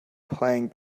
playing